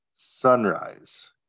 sunrise